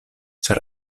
ĉar